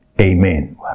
Amen